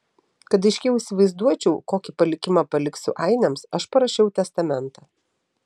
kad aiškiau įsivaizduočiau kokį palikimą paliksiu ainiams aš parašiau testamentą